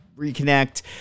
reconnect